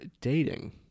dating